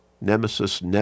nemesis